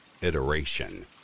iteration